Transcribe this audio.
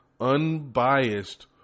unbiased